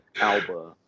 Alba